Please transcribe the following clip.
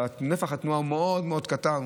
כשנפח התנועה הוא מאוד מאוד קטן,